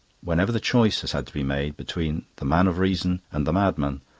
wherever the choice has had to be made between the man of reason and the madman,